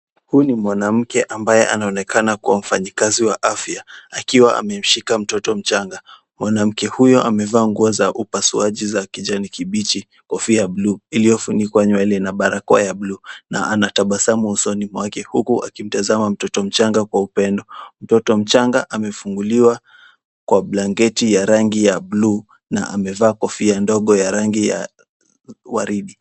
Huyu ni mwanamke ambaye anaonekana kuwa mfanyikazi wa afya, akiwa amemshika mtoto mchanga. Mwanamke huyu amevaa nguo za upasuaji za kijani kibichi, kofia ya bluu iliofunikwa nywele na barakoa ya bluu na anatabasamu usoni mwake huku akimtazama mtoto mchanga kwa upendo. Mtoto mchanga amefunguliwa kwa blanketi ya rangi bluu na amevaa kofia ndogo ya rangi ya waridi.